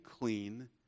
clean